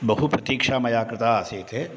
बहु प्रतीक्षा मया कृता आसीत्